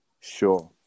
Sure